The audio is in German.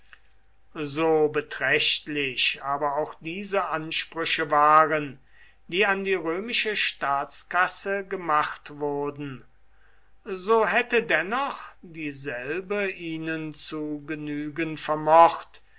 so beträchtlich aber auch diese ansprüche waren die an die römische staatskasse gemacht wurden so hätte dennoch dieselbe ihnen zu genügen vermocht